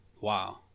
Wow